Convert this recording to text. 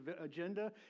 agenda